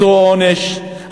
אותו עונש,